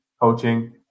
coaching